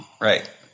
Right